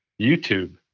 youtube